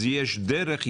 אז יש דרך,